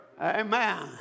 Amen